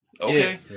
okay